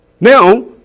Now